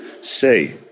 say